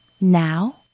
Now